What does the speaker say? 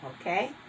Okay